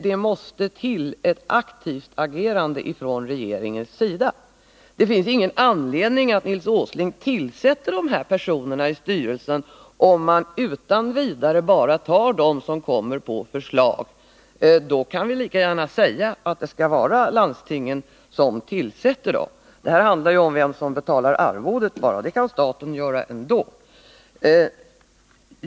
Det måste till ett aktivt agerande från regeringens sida. Det finns ingen anledning att låta Nils Åsling tillsätta ledamöterna i styrelsen, om han utan vidare bara tar dem som kommer på Nr 23 förslag. Då kan vi lika gärna säga att det skall vara landstingen som tillsätter dem. Det här handlar ju bara om vem som skall betala arvodet. Det kan staten göra ändå.